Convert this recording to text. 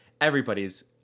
Everybody's